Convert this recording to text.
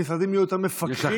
המשרדים יהיו יותר מפקחים.